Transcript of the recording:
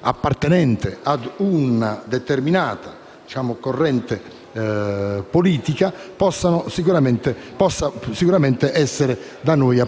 appartenente a una determinata corrente politica, può sicuramente essere da noi